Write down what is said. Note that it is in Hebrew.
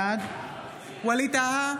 בעד ווליד טאהא,